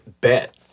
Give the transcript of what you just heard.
bet